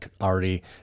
already